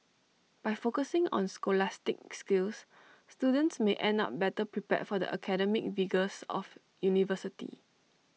by focusing on scholastic skills students may end up better prepared for the academic rigours of university